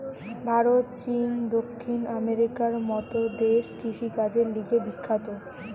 ভারত, চীন, দক্ষিণ আমেরিকার মত দেশ কৃষিকাজের লিগে বিখ্যাত